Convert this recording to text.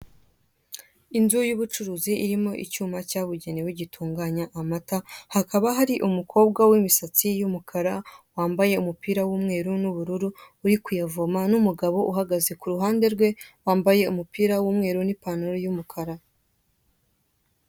Inzu y'ubucuruzi irimo icyuma cyabugenewe gitunganya amata, hakaba hari umukobwa w'imisatsi y'umukara wambaye umupira w'umweru n'ubururu uri kuyavoma, n'umugabo uhagaze kuruhande rwe wambaye umupira w'umweru n'ipantaro y'umukara.